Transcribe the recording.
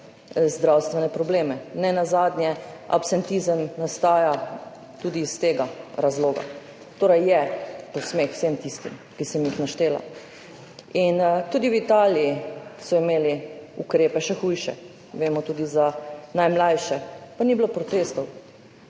zdravstvene probleme, nenazadnje absentizem nastaja tudi iz tega razloga, torej, razprave so v posmeh vsem tistim, ki sem jih naštela. Tudi v Italiji so imeli ukrepe, še hujše, vemo, tudi za najmlajše, pa ni bilo protestov.